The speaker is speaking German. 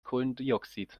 kohlendioxid